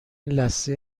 لثه